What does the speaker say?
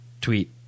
tweet